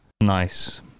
nice